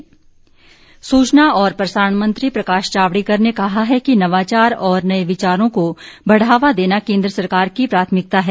प्रसारण मंत्री सूचना और प्रसारण मंत्री प्रकाश जावड़ेकर ने कहा है कि नवाचार और नये विचारों को बढ़ावा देना केंद्र सरकार की प्राथमिकता है